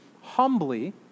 Humbly